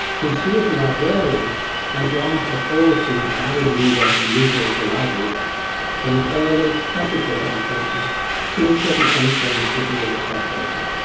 since she is a librarian and john has always been an avid reader and user of the library from his early classical education to his present concerns with neuropsychology.